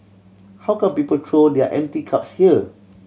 how come people throw their empty cups here